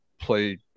play